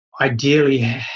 ideally